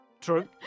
True